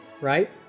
right